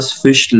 fish